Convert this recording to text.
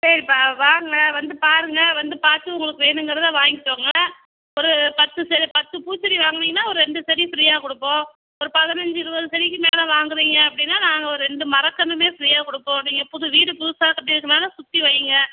சரிப்பா வாங்க வந்து பாருங்கள் வந்து பார்த்து உங்களுக்கு வேணுங்கிறதை வாங்கிக்கோங்க ஒரு பத்து பத்து பூச்செடி வாங்குனிங்கனா ஒரு ரெண்டு செடி ஃப்ரீயாக கொடுப்போம் ஒரு பதினைஞ்சி இருபது செடிக்கு மேலே வாங்குனிங்க அப்படின்னா நாங்கள் ஒரு ரெண்டு மர கன்றுமே ஃப்ரீயாக கொடுப்போம் நீங்கள் புது வீடு புதுசாக கட்டிருக்கனால சுற்றி வையுங்க